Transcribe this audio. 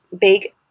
big